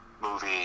movie